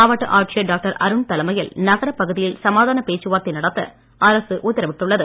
மாவட்ட ஆட்சியர் doctor D Arun தலைமையில் நகரப் பகுதியில் சமாதானப் பேச்சுவார்த்தை நடத்த அரசு உத்தரவிட்டுள்ளது